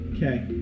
Okay